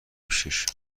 پیشش